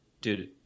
Dude